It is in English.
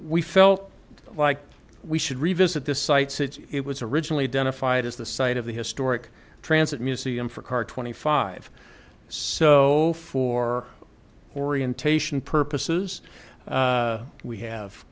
we felt like we should revisit this site since it was originally done a fight is the site of the historic transit museum for car twenty five so for orientation purposes we have